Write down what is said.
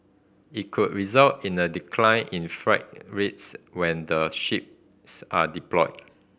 it could result in a decline in freight rates when the ships are deployed